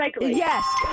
Yes